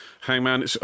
Hangman